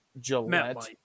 Gillette